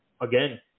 again